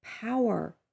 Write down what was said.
power